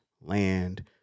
land